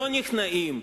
לא נכנעים.